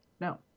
No